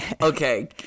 Okay